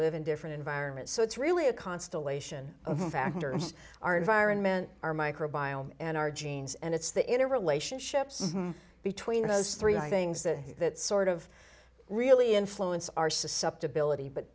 live in different environment so it's really a constellation of factors our environment our microbiome and our genes and it's the inner relationships between those three things that that sort of really influence our susceptibility but